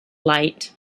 light